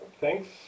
thanks